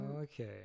Okay